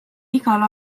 igal